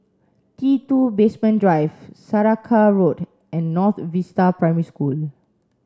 T two Basement Drive Saraca Road and North Vista Primary School